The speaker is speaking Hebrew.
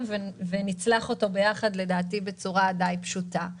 ונצלח אותו ביחד לדעתי בצורה פשוטה למדי.